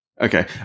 okay